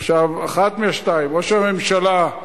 עכשיו, אחת מהשתיים, או שהממשלה,